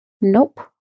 Nope